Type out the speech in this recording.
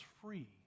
free